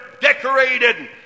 decorated